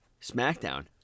SmackDown